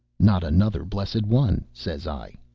not another blessed one, says i.